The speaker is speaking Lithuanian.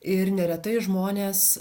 ir neretai žmonės